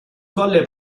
colle